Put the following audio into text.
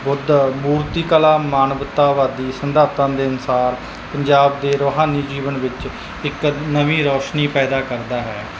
ਬੁੱਧ ਮੂਰਤੀ ਕਲਾ ਮਾਨਵਤਾਵਾਦੀ ਸਿਧਾਂਤਾਂ ਦੇ ਅਨੁਸਾਰ ਪੰਜਾਬ ਦੇ ਰੂਹਾਨੀ ਜੀਵਨ ਵਿੱਚ ਇੱਕ ਨਵੀਂ ਰੌਸ਼ਨੀ ਪੈਦਾ ਕਰਦਾ ਹੈ